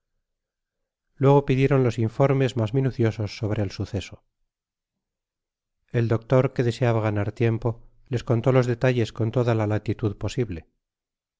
luego pidieron los informes mas minuciosos sobre el suceso el doctor que deseaba ganar tiempo les contó los detalles'con toda la latitud posible